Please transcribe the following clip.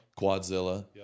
Quadzilla